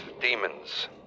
demons